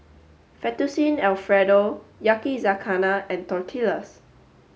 Fettuccine Alfredo Yakizakana and Tortillas